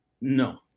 No